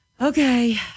Okay